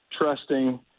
trusting